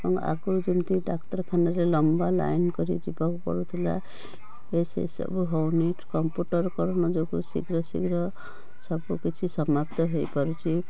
ଏବଂ ଆଗରୁ ଯେମିତି ଡାକ୍ତରଖାନାରେ ଲମ୍ବା ଲାଇନ୍ କରି ଯିବାକୁ ପଡ଼ୁଥିଲା ଏବେ ସେସବୁ ହେଉନି କମ୍ପୁଟର କାରଣ ଯୋଗୁ ଶୀଘ୍ର ଶୀଘ୍ର ସବୁକିଛି ସମାପ୍ତ ହେଇପାରୁଛି